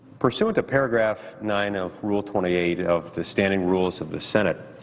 pursuant to paragraph nine of rule twenty eight of the standing rules of the senate,